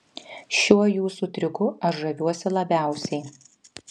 šiuo jūsų triuku aš žaviuosi labiausiai